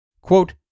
Quote